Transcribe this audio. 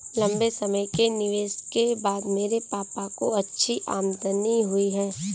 लंबे समय के निवेश के बाद मेरे पापा को अच्छी आमदनी हुई है